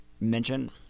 mention